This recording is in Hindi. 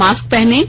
मास्क पहनें